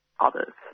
others